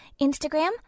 Instagram